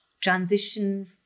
transition